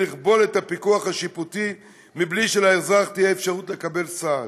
לכבול את הפיקוח השיפוטי בלי שלאזרח תהיה אפשרות לקבל סעד.